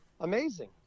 amazing